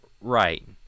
right